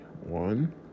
One